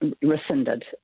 rescinded